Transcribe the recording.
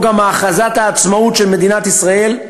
וגם הכרזת העצמאות של מדינת ישראל,